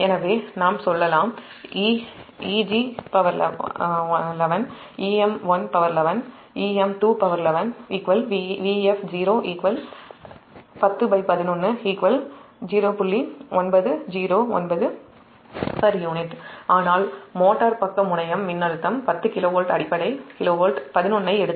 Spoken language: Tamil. எனவே நாம் சொல்லலாம்ஆனால் மோட்டார் பக்க முனையம் மின்னழுத்தம் 10 KV அடிப்படை KV11 ஐ எடுத்துள்ளோம் எனவே 0